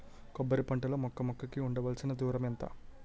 కొబ్బరి పంట లో మొక్క మొక్క కి ఉండవలసిన దూరం ఎంత